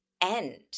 end